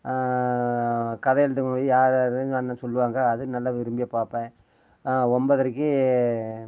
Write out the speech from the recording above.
கதை எழுதுனவங்க இது யார் யாருன்னு அண்ண சொல்வாங்க அது நல்லா விரும்பி பார்ப்பேன் ஒம்பதரைக்கு